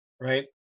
right